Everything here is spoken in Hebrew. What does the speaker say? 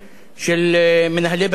של מנהלי בתי-חולים,